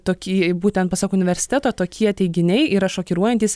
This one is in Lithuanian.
tokie būtent pasak universiteto tokie teiginiai yra šokiruojantys